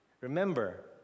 Remember